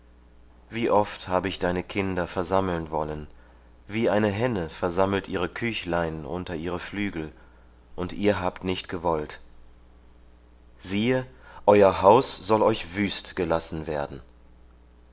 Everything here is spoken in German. wie oft habe ich deine kinder versammeln wollen wie eine henne versammelt ihre küchlein unter ihre flügel und ihr habt nicht gewollt siehe euer haus soll euch wüst gelassen werden